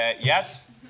yes